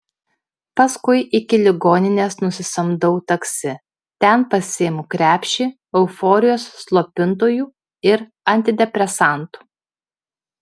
paskui iki ligoninės nusisamdau taksi ten pasiimu krepšį euforijos slopintojų ir antidepresantų